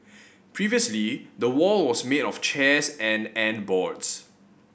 previously the wall was made of chairs and and boards